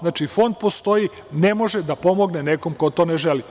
Znači, fond postoji, ali ne može da pomogne nekom ko to ne želi.